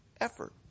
effort